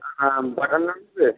হ্যাঁ বাটার নান হবে